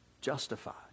justified